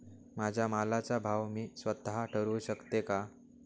माझ्या मालाचा भाव मी स्वत: ठरवू शकते का?